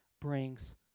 brings